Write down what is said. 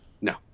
no